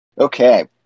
okay